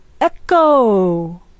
Echo